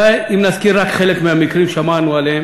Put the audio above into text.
די אם נזכיר רק חלק מהמקרים ששמענו עליהם.